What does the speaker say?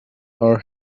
are